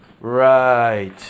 right